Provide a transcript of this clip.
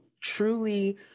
truly